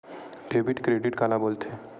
Debit credit काला बोल थे?